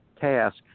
task